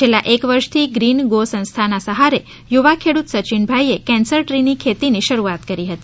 છેલ્લા એક વર્ષથી ગ્રીન ગો સંસ્થાના સહારે યુવા ખેડૂત સચિનભાઈએ કેન્સર દ્રીની ખેતીની શરૂઆત કરી હતી